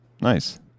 Nice